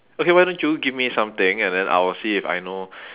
okay why don't you give me something and then I will see if I know